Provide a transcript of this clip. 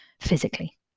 physically